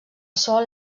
sol